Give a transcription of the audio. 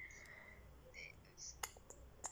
tsk tsk